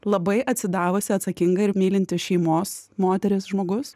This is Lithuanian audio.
labai atsidavusi atsakinga ir mylinti šeimos moteris žmogus